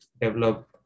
develop